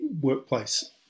workplace